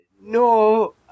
no